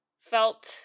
felt